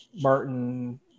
Martin